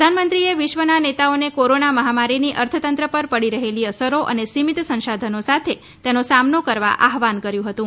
પ્રધાનમંત્રીએ વિશ્વના નેતાઓને કોરોના મહામારીની અર્થતંત્ર પર પડી રહેલી અસરો અને સીમિત સંશાધનો સાથે તેનો સામનો કરવા આહવાન કર્યું હતું